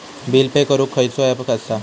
Bill pay करूक खैचो app असा?